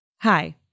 Hi